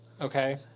okay